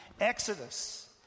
Exodus